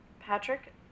Patrick